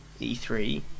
E3